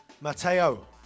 Mateo